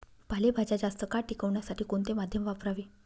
पालेभाज्या जास्त काळ टिकवण्यासाठी कोणते माध्यम वापरावे?